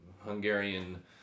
Hungarian